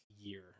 year